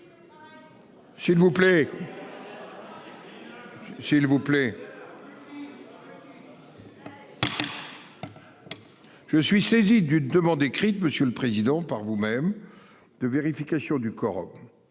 le président. S'il vous plaît. Je suis saisi d'une demande écrite. Monsieur le Président. Par vous-même de vérification du quorum.